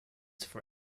for